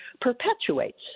perpetuates